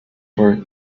heart